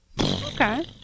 Okay